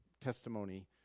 testimony